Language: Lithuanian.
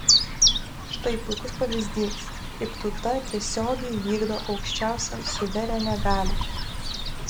štai puikus pavyzdys kaip tauta tiesiogiai vykdo aukščiausią suverenią galią